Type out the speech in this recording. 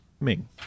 Ming